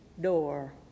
door